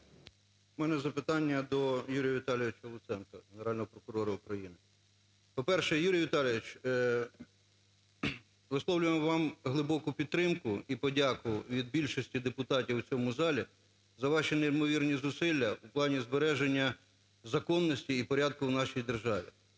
В мене запитання до Юрія Віталійовича Луценка, Генерального прокурора України. По-перше, Юрій Віталійович, висловлюємо вам глибоку підтримку і подяку від більшості депутатів у цьому залі за ваші неймовірні зусилля в плані збереження законності і порядку в нашій державі.